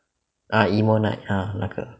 ah emo night ah 那个